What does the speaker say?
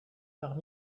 par